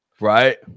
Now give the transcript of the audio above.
right